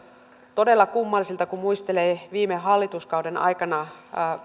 todella kummalliselta kun muistelee viime hallituskauden aikaa